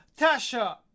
Tasha